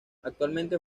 actualmente